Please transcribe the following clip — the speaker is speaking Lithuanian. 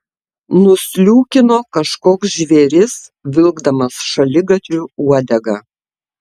nusliūkino kažkoks žvėris vilkdamas šaligatviu uodegą